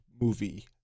movie